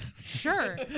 Sure